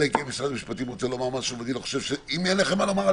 אלא אם כן משרד המשפטים רוצה לומר משהו אם אין לכם מה לומר,